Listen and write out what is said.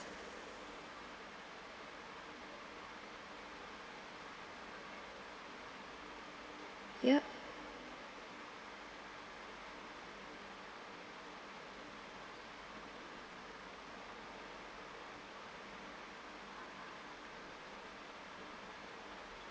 ya